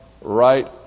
right